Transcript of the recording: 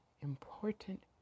important